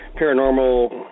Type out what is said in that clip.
Paranormal